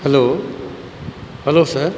hello hello sir